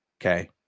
Okay